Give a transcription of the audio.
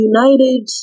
United